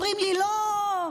אומרים לי: לא,